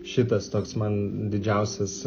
šitas toks man didžiausias